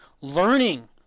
learning